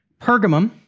Pergamum